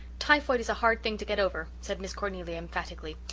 typhoid is a hard thing to get over, said miss cornelia emphatically,